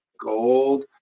gold